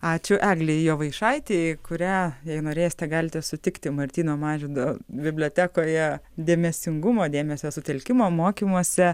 ačiū eglei jovaišaitei kurią jei norėsite galite sutikti martyno mažvydo bibliotekoje dėmesingumo dėmesio sutelkimo mokymuose